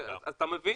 גיאורגיה,